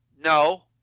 No